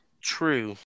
True